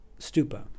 Stupa